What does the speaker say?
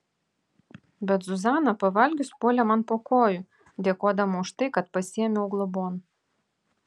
bet zuzana pavalgius puolė man po kojų dėkodama už tai kad pasiėmiau globon